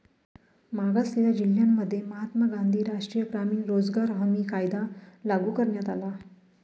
मागासलेल्या जिल्ह्यांमध्ये महात्मा गांधी राष्ट्रीय ग्रामीण रोजगार हमी कायदा लागू करण्यात आला